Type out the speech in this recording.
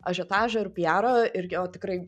ažiotažo ir piaro ir jo tikrai